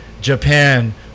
Japan